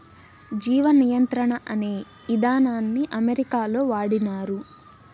జీవ నియంత్రణ అనే ఇదానాన్ని అమెరికాలో వాడినారు